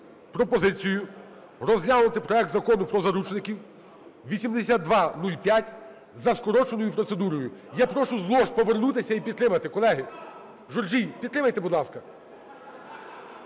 пропозицію розглянути проект Закону про заручників (8205) за скороченою процедурою. Я прошу знову ж повернутися і підтримати, колеги. Журжій, підтримайте, будь ласка.